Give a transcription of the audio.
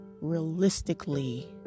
realistically